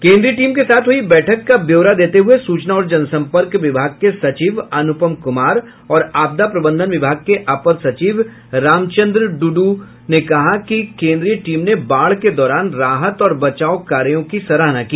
केंद्रीय टीम के साथ हुई बैठक का ब्योरा देते हुये सूचना और जनसंपर्क विभाग के सचिव अनुपम कुमार और आपदा प्रबंधन विभाग के अपर सचिव रामचंद्रु डू ने कहा कि केंद्रीय टीम ने बाढ़ के दौरान राहत और बचाव कार्यो की सराहना की